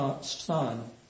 Son